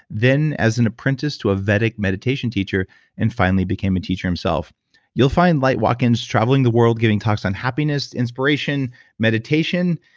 then as an apprentice to a vedic meditation teacher and finally became a teacher himself you'll find light watkins traveling the world, giving talks on happiness, inspiration meditation.